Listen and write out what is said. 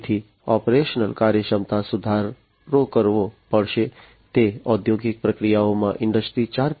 તેથી ઓપરેશનલ કાર્યક્ષમતામાં સુધારો કરવો પડશે તે ઔદ્યોગિક પ્રક્રિયાઓમાં ઇન્ડસ્ટ્રી 4